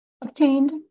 obtained